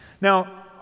Now